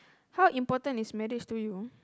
how important is marriage to you